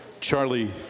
Charlie